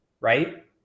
Right